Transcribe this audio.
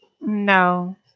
No